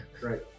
great